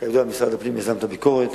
כידוע, משרד הפנים יזם את הביקורת,